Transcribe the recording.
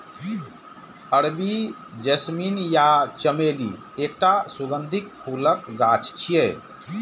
अरबी जैस्मीन या चमेली एकटा सुगंधित फूलक गाछ छियै